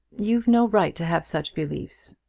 you've no right to have such beliefs.